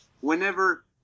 whenever